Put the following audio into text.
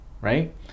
right